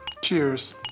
Cheers